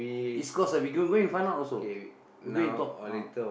is cause I we can go in front now also we go and talk ah